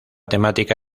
temática